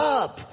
up